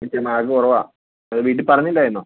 ഇത്തിരി മാർക്ക് കുറവാണ് അത് വീട്ടിൽ പറഞ്ഞില്ലായിരുന്നോ